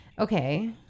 Okay